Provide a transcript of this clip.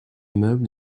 meubles